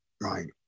Right